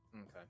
okay